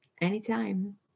anytime